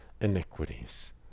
iniquities